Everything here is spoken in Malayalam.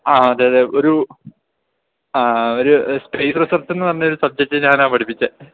ആ അതെയതെ ഒരു ആ ഒരു സ്പേസ് റിസൾട്ടെന്ന് പറഞ്ഞ ഒരു സബ്ജെക്റ്റ് ഞാനാ പഠിപ്പിച്ചേ